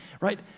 right